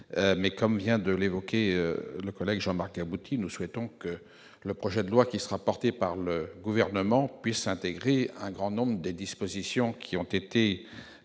Comme vient de l'évoquer Jean-Marc Gabouty, nous souhaitons que le projet de loi qui sera porté par le Gouvernement puisse intégrer un grand nombre des dispositions qui ont été examinées